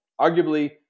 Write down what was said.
Arguably